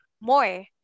more